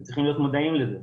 אתם צריכים להיות מודעים לזה.